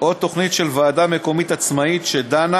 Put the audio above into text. או תוכנית של ועדה מקומית עצמאית שדנה